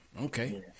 okay